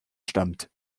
stammt